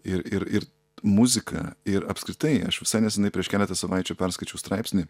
ir ir ir muzika ir apskritai aš visai nesenai prieš keletą savaičių perskaičiau straipsnį